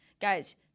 Guys